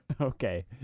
Okay